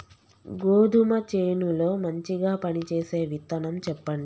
గోధుమ చేను లో మంచిగా పనిచేసే విత్తనం చెప్పండి?